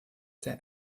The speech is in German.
der